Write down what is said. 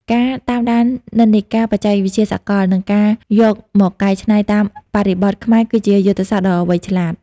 ការតាមដាននិន្នាការបច្ចេកវិទ្យាសកល និងការយកមកកែច្នៃតាមបរិបទខ្មែរគឺជាយុទ្ធសាស្ត្រដ៏វៃឆ្លាត។